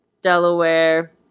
Delaware